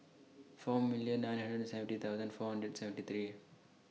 four million nine hundred and seventy thousand four hundred seventy three